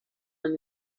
and